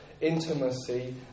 intimacy